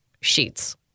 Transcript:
sheets